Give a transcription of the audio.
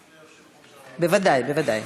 בוודאי, בוודאי.